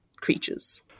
creatures